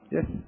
Yes